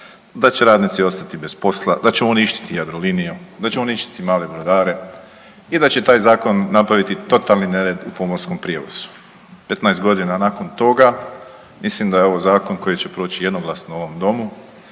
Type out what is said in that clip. da će radnici ostati bez posla, da će uništiti Jadroliniju, da će uništiti mlade brodare i da će taj zakon napraviti totalni nered u pomorskom prijevozu. 15 godina nakon toga mislim da je ovo zakon koji će proći jednoglasno u ovom domu,